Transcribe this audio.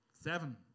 seven